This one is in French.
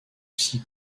six